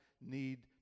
need